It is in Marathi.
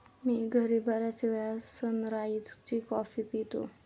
मी घरी बर्याचवेळा सनराइज ची कॉफी पितो